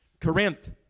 Corinth